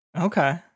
Okay